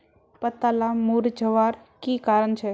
पत्ताला मुरझ्वार की कारण छे?